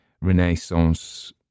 Renaissance